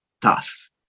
tough